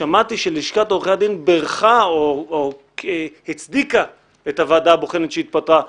ושמעתי שלשכת עורכי הדין בירכה או הצדיקה את הוועדה הבוחנת שהתפטרה.